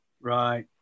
right